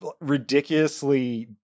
ridiculously